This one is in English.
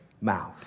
mouth